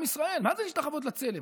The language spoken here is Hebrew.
עם ישראל, מה זה להשתחוות לצלם?